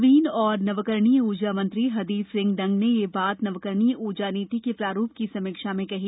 नवीन एवं नवकरणीय ऊर्जा मंत्री हरदीप सिंह डंग ने यह बात नवकरणीय ऊर्जा नीति के प्रारूप की समीक्षा करते हए कही